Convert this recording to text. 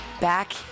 back